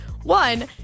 One